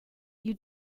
you